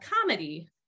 comedy